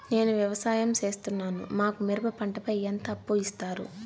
నేను వ్యవసాయం సేస్తున్నాను, మాకు మిరప పంటపై ఎంత అప్పు ఇస్తారు